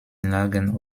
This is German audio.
lagern